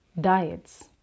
diets